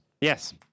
yes